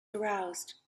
aroused